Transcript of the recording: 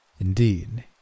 Indeed